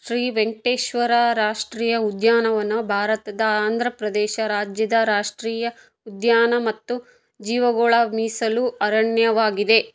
ಶ್ರೀ ವೆಂಕಟೇಶ್ವರ ರಾಷ್ಟ್ರೀಯ ಉದ್ಯಾನವನ ಭಾರತದ ಆಂಧ್ರ ಪ್ರದೇಶ ರಾಜ್ಯದ ರಾಷ್ಟ್ರೀಯ ಉದ್ಯಾನ ಮತ್ತು ಜೀವಗೋಳ ಮೀಸಲು ಅರಣ್ಯವಾಗಿದೆ